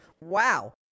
wow